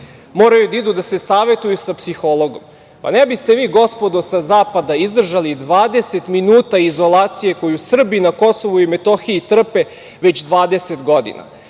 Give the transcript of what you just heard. moraju da idu da se savetuju sa psihologom. Pa ne biste vi gospodo sa zapada izdržali 20 minuta izolacije koju Srbi na Kosovu i Metohiji trpe već 20 godina.